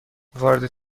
وارد